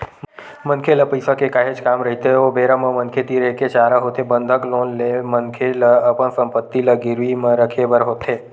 मनखे ल पइसा के काहेच काम रहिथे ओ बेरा म मनखे तीर एके चारा होथे बंधक लोन ले के मनखे ल अपन संपत्ति ल गिरवी म रखे बर होथे